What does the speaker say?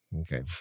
Okay